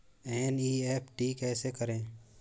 NEFT कैसे करें?